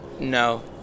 no